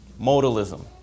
Modalism